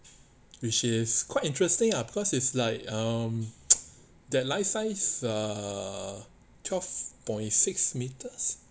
which is quite interesting ah because it's like um that life size err twelve point six metres